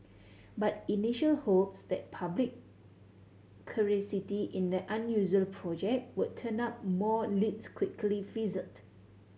but initial hopes that public curiosity in the unusual project would turn up more leads quickly fizzled